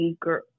girl